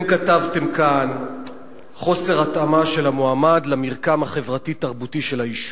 אתם כתבתם כאן "חוסר התאמה של המועמד למרקם החברתי-תרבותי של היישוב".